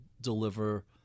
deliver